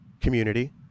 community